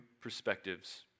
perspectives